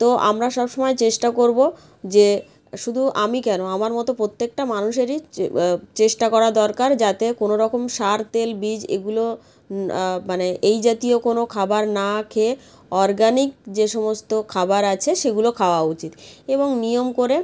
তো আমরা সব সময় চেষ্টা করবো যে শুধু আমি কেন আমার মতো প্রত্যেকটা মানুষেরই চেষ্টা করা দরকার যাতে কোনো রকম সার তেল বীজ এগুলো মানে এই জাতীয় কোনো খাবার না খেয়ে অর্গানিক যে সমস্ত খাবার আছে সেগুলো খাওয়া উচিত এবং নিয়ম করে